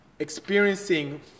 experiencing